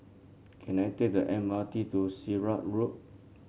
can I take the M R T to Sirat Road